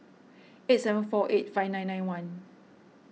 eight seven four eight five nine nine one